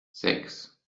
sechs